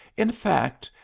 in fact,